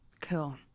Cool